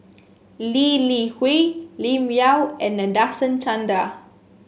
Lee Li Hui Lim Yau and Nadasen Chandra